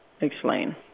Explain